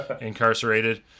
incarcerated